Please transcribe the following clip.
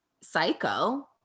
psycho